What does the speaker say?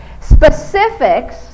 specifics